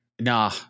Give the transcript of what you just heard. Nah